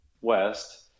west